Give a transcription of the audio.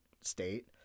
state